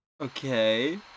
Okay